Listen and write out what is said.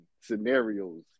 scenarios